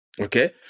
Okay